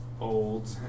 old